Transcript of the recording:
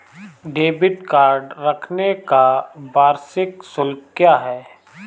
Debit card रखने का वार्षिक शुल्क क्या है?